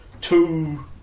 two